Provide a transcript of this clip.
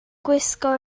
gwisgo